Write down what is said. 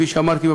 כפי שאמרתי,